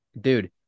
dude